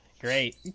Great